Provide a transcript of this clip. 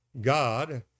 God